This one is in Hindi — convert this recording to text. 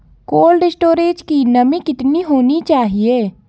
कोल्ड स्टोरेज की नमी कितनी होनी चाहिए?